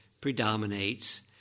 predominates